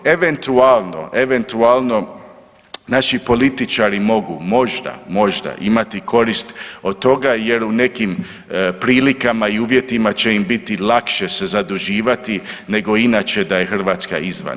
Eventualno naši političari mogu, možda, možda imati korist od toga jer u nekim prilikama i uvjetima će im biti lakše se zaduživati nego inače da je Hrvatska izvan.